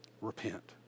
repent